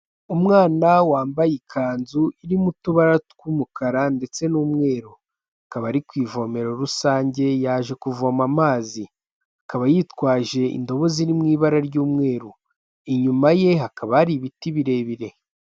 Umwana wambaye ikanzu irimo utubara tw'umukara ndetse n'umweru. Akaba ari ku ivomero rusange, yaje kuvoma amazi. Akaba yitwaje indobo ziri mu ibara ry'umweru. Inyuma ye hakaba hari ibiti birebire.